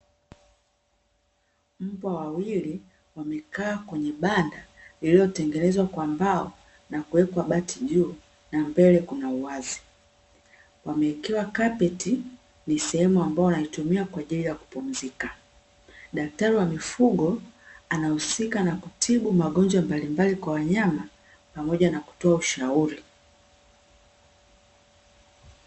Mbwa wawili wamekaa kwenye banda lililotengenezwa kwa mbao na kuwekwa bati juu na mbele kuna uwazi, wamewekewa kapeti ni sehemu ambayo wanaitumia kwa ajili ya kupumzika, daktari wa mifugo anahusika na kutibu magonjwa mbalimbali kwa wanyama pamoja na kutoa ushauri.